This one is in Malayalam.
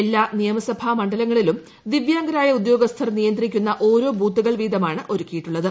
എല്ലാ നിയമസഭാ മണ്ഡലങ്ങളിലും ദിവ്യാംഗരായ ഉദ്യോഗസ്ഥർ നിയന്ത്രിക്കുന്ന ഓരോ ബൂത്തുകൾ വീതമാണ് ഒരുക്കിയിട്ടുള്ളത്